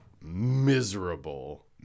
miserable